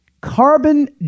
carbon